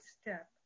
step